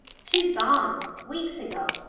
she's gone weeks ago.